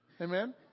Amen